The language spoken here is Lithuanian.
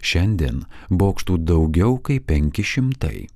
šiandien bokštų daugiau kaip penki šimtai